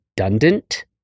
redundant